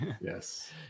yes